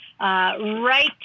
Right